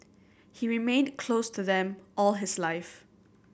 he remained close to them all his life